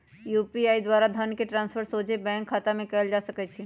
UPI द्वारा धन के ट्रांसफर सोझे बैंक खतामें कयल जा सकइ छै